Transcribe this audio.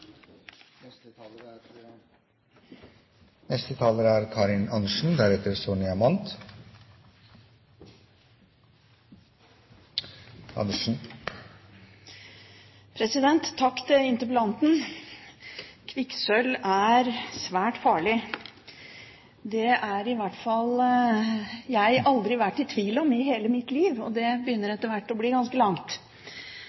Takk til interpellanten! Kvikksølv er svært farlig. Det har i hvert fall jeg aldri vært i tvil om i hele mitt liv, og det begynner